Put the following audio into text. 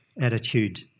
attitude